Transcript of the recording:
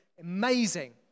Amazing